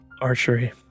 archery